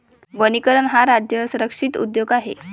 वनीकरण हा राज्य संरक्षित उद्योग आहे